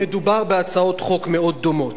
מהותית מדובר בהצעות חוק מאוד דומות.